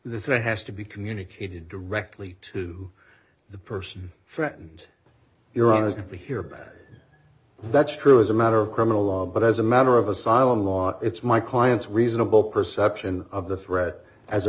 the threat has to be communicated directly to the person fret and iran is going to hear bad that's true as a matter of criminal law but as a matter of asylum law it's my client's reasonable perception of the threat as a